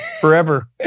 forever